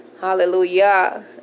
hallelujah